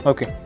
Okay